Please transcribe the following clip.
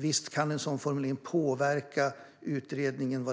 Visst kan en sådan formulering påverka utredningens